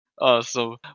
Awesome